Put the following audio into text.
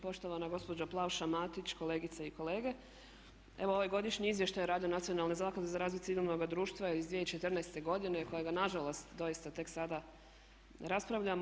Poštovana gospođo Plavša-Matić, kolegice i kolege evo ovaj godišnji izvještaj o radu Nacionalne zaklade za razvoj civilnog društva je iz 2014.godine kojega nažalost doista tek sada raspravljamo.